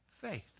faith